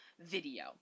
video